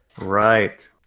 Right